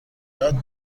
یاد